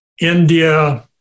India